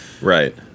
Right